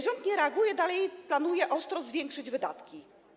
Rząd nie reaguje, dalej planuje ostro zwiększyć wydatki.